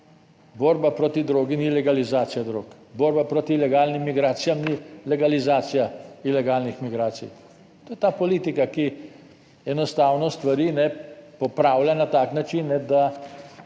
Borba proti drogi ni legalizacija drog. Borba proti ilegalnim migracijam ni legalizacija ilegalnih migracij. To je ta politika, ki enostavno stvari, ne, popravlja na tak način, da